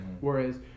Whereas